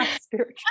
spiritual